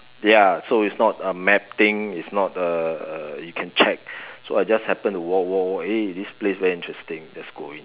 ya so it's not uh mapping it's not err you can check so I just happened to walk walk walk eh this place very interesting let's go in